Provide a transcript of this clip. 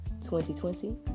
2020